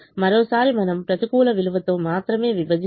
మరోసారి మనం ప్రతికూల విలువలతో మాత్రమే విభజించుదాము